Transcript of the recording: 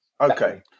Okay